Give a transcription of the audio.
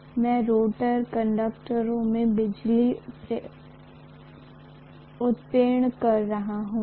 इसलिए मैं रोटर कंडक्टरों में बिजली उत्प्रेरण कर रहा हूं